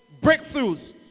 breakthroughs